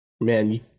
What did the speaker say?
Man